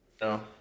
No